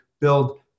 build